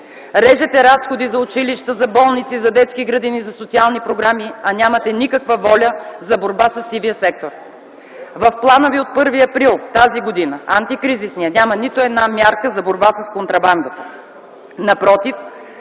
Режете разходи за училища, за болници, за детски градини, за социални програми, а нямате никаква воля за борба със сивия сектор. В антикризисния план от 1 април т.г. няма нито една мярка за борба с контрабандата.